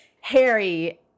Harry